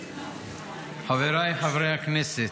חבריי חברי הכנסת,